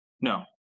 No